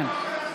כן.